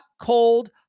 cold